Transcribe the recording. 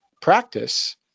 practice